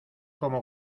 como